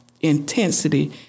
intensity